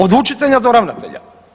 Od učitelja do ravnatelja.